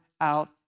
out